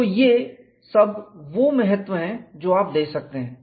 तो ये सब वो सब महत्व हैं जो आप दे सकते हैं